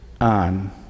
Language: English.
on